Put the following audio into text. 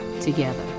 together